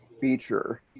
feature